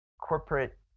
corporate